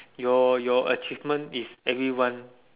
your your achievement is everyone